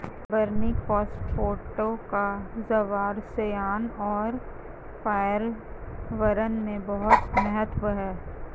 कार्बनिक फास्फेटों का जैवरसायन और पर्यावरण में बहुत महत्व है